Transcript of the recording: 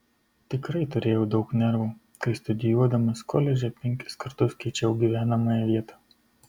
tikrai turėjau daug nervų kai studijuodamas koledže penkis kartus keičiau gyvenamąją vietą